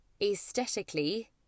aesthetically